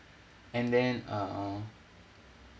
and then uh